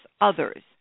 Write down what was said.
others